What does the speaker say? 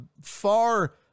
far